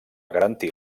garantir